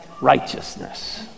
righteousness